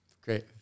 great